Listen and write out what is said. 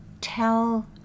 tell